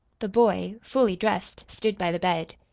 the boy, fully dressed, stood by the bed.